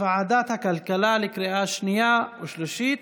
בוועדת הכלכלה לקריאה שנייה ושלישית.